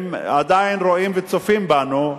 הם עדיין רואים וצופים בנו.